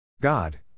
God